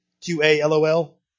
Q-A-L-O-L